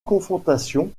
confrontation